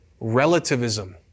relativism